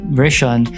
version